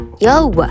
Yo